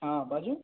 हँ बाजू